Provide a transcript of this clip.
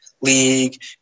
League